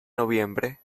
noviembre